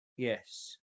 Yes